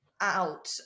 out